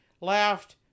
laughed